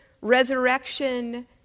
resurrection